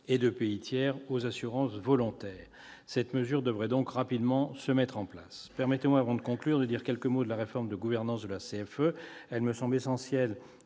et de pays tiers aux assurances volontaires. Cette mesure devrait donc rapidement se mettre en place. Permettez-moi, avant de conclure, de dire quelques mots sur la réforme de la gouvernance de la CFE. Celle-ci me semble essentielle